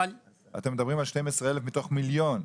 אתם מדברים על 12,000 מתוך מיליון.